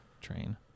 train